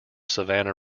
savannah